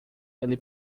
ele